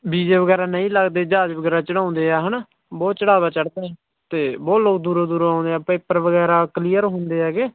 ਵੀਜੇ ਵਗੈਰਾ ਨਹੀਂ ਲੱਗਦੇ ਜਹਾਜ਼ ਵਗੈਰਾ ਚੜ੍ਹਾਉਂਦੇ ਆ ਹੈ ਨਾ ਬਹੁਤ ਚੜ੍ਹਾਵਾ ਚੜ੍ਹਦਾ ਅਤੇ ਬਹੁਤ ਲੋਕ ਦੂਰੋਂ ਦੂਰੋਂ ਆਉਂਦੇ ਆ ਪੇਪਰ ਵਗੈਰਾ ਕਲੀਅਰ ਹੁੰਦੇ ਹੈਗੇ